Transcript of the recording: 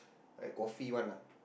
like coffee one ah